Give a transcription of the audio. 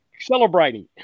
celebrating